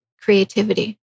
creativity